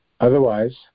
Otherwise